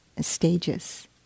stages